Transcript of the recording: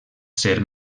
ser